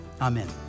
Amen